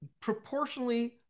proportionally